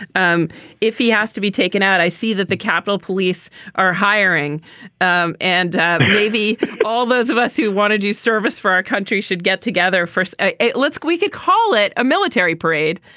um if he has to be taken out, i see that the capitol police are hiring um and maybe all those of us who want to do service for our country should get together first. ah let's go. we could call it a military parade,